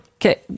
Okay